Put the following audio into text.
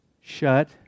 Shut